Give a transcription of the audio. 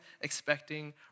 expecting